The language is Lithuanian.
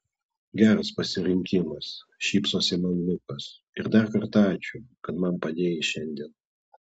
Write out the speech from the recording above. geras pasirinkimas šypsosi man lukas ir dar kartą ačiū kad man padėjai šiandien